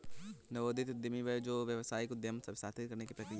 नवोदित उद्यमी वह है जो एक व्यावसायिक उद्यम स्थापित करने की प्रक्रिया में है